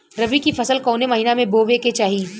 रबी की फसल कौने महिना में बोवे के चाही?